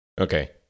okay